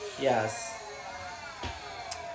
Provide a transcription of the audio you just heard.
Yes